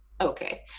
okay